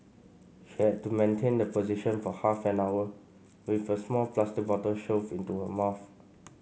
she had to maintain the position for half an hour with a small plastic bottle shoved into her mouth